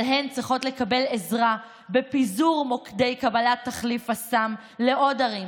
אבל הן צריכות לקבל עזרה בפיזור מוקדי קבלת תחליף הסם לעוד ערים,